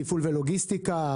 תפעול ולוגיסטיקה,